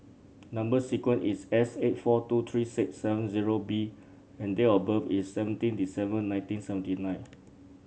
number sequence is S eight four two three six seven zero B and date of birth is seventeen December nineteen seventy nine